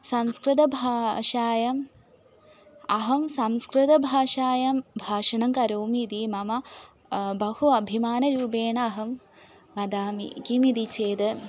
संस्कृतभाषायाम् अहं संस्कृतभाषायां भाषणं करोमि इति मम बहु अभिमानरूपेण अहं वदामि किमिति चेद्